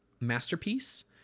Masterpiece